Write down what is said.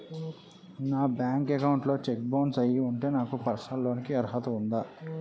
నా bank account లో check bounce అయ్యి ఉంటే నాకు పర్సనల్ లోన్ కీ అర్హత ఉందా?